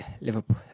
Liverpool